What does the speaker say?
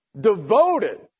devoted